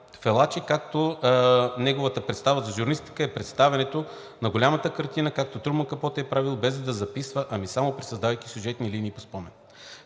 Фалачи, като неговата представа за журналистика е представянето на голямата картина, както Труман Капоти е правил, без да записва, ами само пресъздавайки сюжетни линии по спомен.